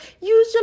usually